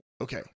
Okay